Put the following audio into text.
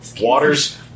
Water's